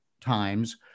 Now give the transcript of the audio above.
times